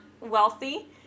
wealthy